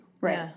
Right